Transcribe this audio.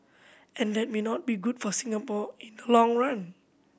and that may not be good for Singapore in the long run